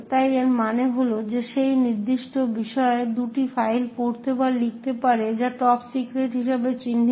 তাই এর মানে হল যে সেই নির্দিষ্ট বিষয় দুটি ফাইল পড়তে বা লিখতে পারে যা টপ সিক্রেট হিসেবে চিহ্নিত